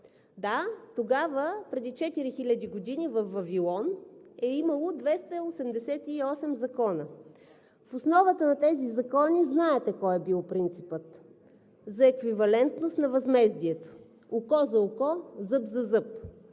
Да, преди 4000 години във Вавилон е имало 288 закона. В основата на тези закони знаете кой е бил принципът – за еквивалентност на възмездието: „Око за око, зъб за зъб.“